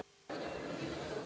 Hvala